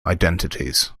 identities